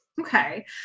Okay